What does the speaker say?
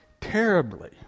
terribly